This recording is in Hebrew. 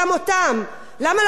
למה לא עצרתם אף אחד?